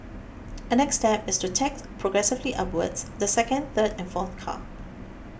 a next step is to tax progressively upwards the second third and fourth car